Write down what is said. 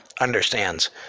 understands